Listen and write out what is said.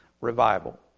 revival